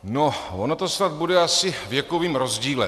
No, ono to snad bude asi věkovým rozdílem.